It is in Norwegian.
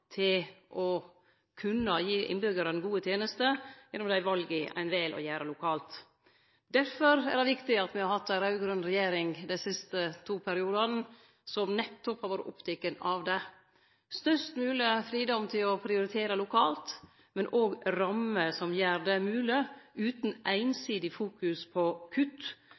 til å kunne gi innbyggjarane gode tenester gjennom dei vala ein vel å gjere lokalt. Derfor er det viktig at me har hatt ei raud-grøn regjering dei siste to periodane, som nettopp har vore oppteken av det. Størst mogleg fridom til å prioritere lokalt, men òg rammer som gjer det mogleg utan ei einsidig fokusering på kutt,